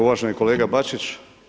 Uvaženi kolega Bačić.